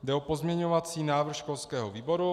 Jde o pozměňovací návrh školského výboru.